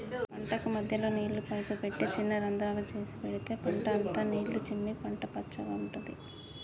పంటకు మధ్యలో నీళ్ల పైపు పెట్టి చిన్న రంద్రాలు చేసి పెడితే పంట అంత నీళ్లు చిమ్మి పంట పచ్చగుంటది